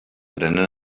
prenen